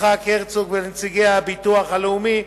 יצחק הרצוג, ולנציגי הביטוח הלאומי,